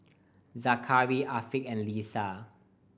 Zakaria Afiq and Lisa